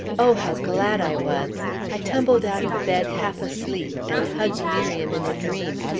oh, how glad i was! i tumbled out of bed half asleep and hugged miriam in a dream,